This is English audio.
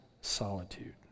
solitude